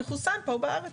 יחוסן פה בארץ.